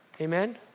Amen